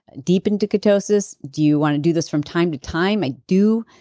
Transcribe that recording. deep into ketosis do you want to do this from time to time? i do,